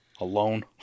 alone